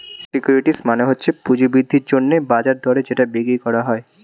securities মানে হচ্ছে পুঁজি বৃদ্ধির জন্যে বাজার দরে যেটা বিক্রি করা যায়